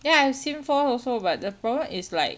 ya I have sim four also but the problem is like